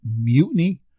mutiny